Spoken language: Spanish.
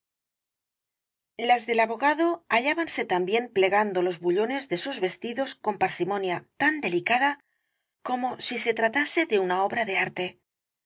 las del abogado hallábanse también plegando los bullones de sus vestidos con parsimonia tan delicada como si se tratase de una obra de arte